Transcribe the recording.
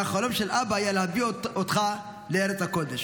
והחלום של אבא היה להביא אותך לארץ הקודש,